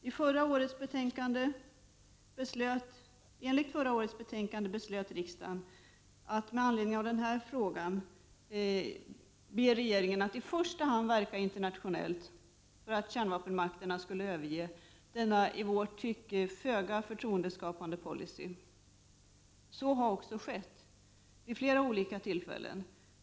I enlighet med förra årets betänkande beslöt riksdagen i denna fråga att regeringen i första hand skulle verka internationellt för att kärnvapenmakterna skulle överge denna i vårt tycke föga förtroendeskapande policy. Så har också skett vid flera olika tillfällen.